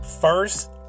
First